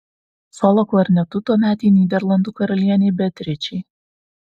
solo klarnetu tuometei nyderlandų karalienei beatričei